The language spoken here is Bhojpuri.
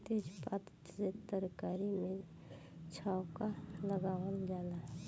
तेजपात से तरकारी में छौंका लगावल जाला